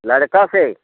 लड़के से